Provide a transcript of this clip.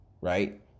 right